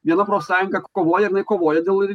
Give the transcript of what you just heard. viena profsąjunga kovoja ir jinai kovoja dėl